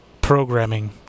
programming